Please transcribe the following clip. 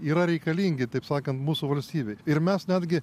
yra reikalingi taip sakant mūsų valstybei ir mes netgi